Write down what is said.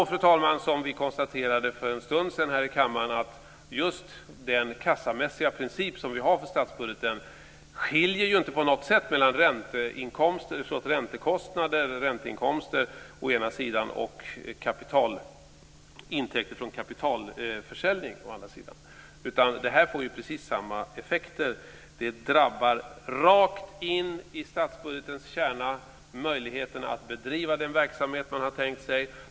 För en stund sedan konstaterade vi här i kammaren att just den kassamässiga princip som vi har för statsbudgeten inte på något sätt skiljer mellan räntekostnader och ränteinkomster å ena sidan och intäkter från kapitalförsäljning å den andra sidan. Det här får precis samma effekter. Det drabbar rakt in i statsbudgetens kärna. Det drabbar möjligheterna att bedriva den verksamhet man har tänkt sig.